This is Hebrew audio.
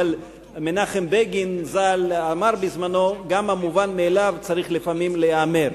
מנחם בגין ז"ל אמר בזמנו: גם המובן מאליו צריך לפעמים להיאמר.